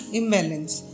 imbalance